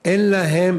אין להן